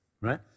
right